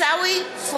נוכח